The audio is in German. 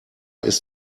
ist